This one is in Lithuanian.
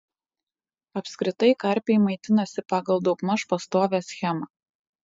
apskritai karpiai maitinasi pagal daugmaž pastovią schemą